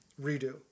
redo